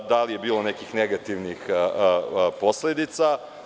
Da li je bilo nekih negativnih posledica?